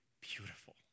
beautiful